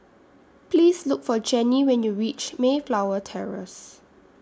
Please Look For Jennie when YOU REACH Mayflower Terrace